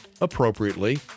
appropriately